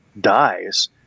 dies